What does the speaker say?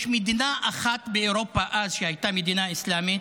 יש מדינה אחת באירופה אז שהייתה מדינה אסלאמית,